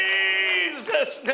Jesus